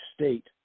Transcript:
state